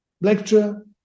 lecture